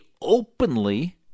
openly